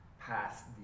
past